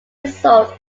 resort